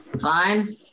Fine